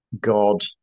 God